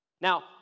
Now